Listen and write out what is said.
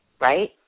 Right